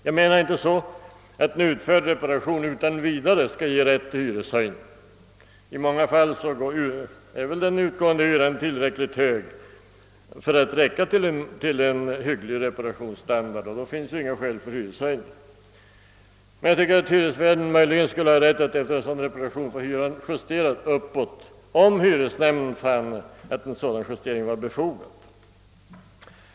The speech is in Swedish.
Jag menar inte att en utförd reparation utan vidare skall ge rätt till hyreshöjning. I många fall är väl den utgående hyran tillräckligt hög för att räcka till en hygglig reparationsstandard, och då finns det inga skäl för hyreshöjning. Jag tycker emellertid att hyresvärden möjligen skulle ha rätt att efter en sådan reparation få hyran justerad uppåt, om hyresnämnden finner justeringen befogad.